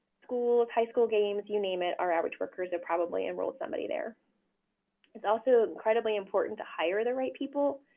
schools, high school games, you name it, our outreach workers have probably enrolled somebody there. it is also incredibly important to hire the right people.